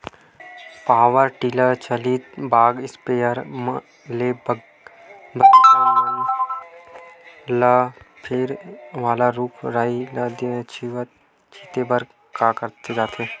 power tiller चलित बाग sprayer ल बगीचा म लगे फर वाला रूख राई म दवई छिते बर करे जाथे